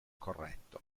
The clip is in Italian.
corretto